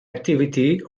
activity